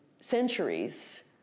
centuries